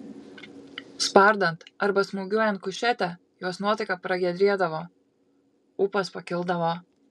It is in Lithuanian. spardant arba smūgiuojant kušetę jos nuotaika pragiedrėdavo ūpas pakildavo